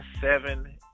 seven